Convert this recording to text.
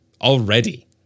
Already